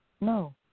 no